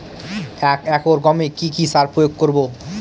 এক একর গমে কি কী সার প্রয়োগ করব?